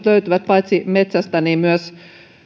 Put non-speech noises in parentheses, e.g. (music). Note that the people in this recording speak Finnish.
(unintelligible) löytyvät paitsi metsästä niin